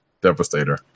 Devastator